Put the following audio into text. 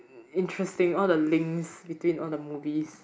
interesting all the links between all the movies